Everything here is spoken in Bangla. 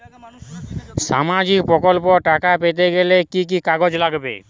সামাজিক প্রকল্পর টাকা পেতে গেলে কি কি কাগজ লাগবে?